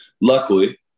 luckily